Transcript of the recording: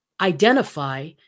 identify